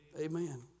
Amen